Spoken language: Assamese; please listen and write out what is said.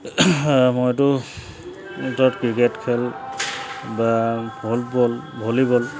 মইতো ক্ৰিকেট খেল বা ফুটবল ভলীবল